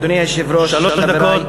אדוני היושב-ראש, חברי, שלוש דקות.